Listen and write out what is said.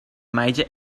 major